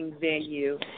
venue